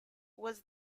was